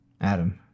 Adam